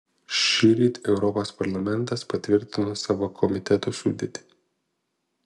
šįryt europos parlamentas patvirtino savo komitetų sudėtį